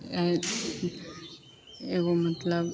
एगो मतलब